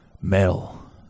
metal